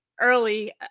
early